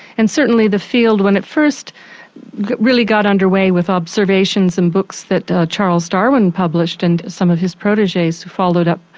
and certainly the field when it first really got underway, with observations and books that charles darwin published and some of his proteges followed up,